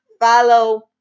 follow